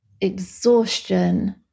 exhaustion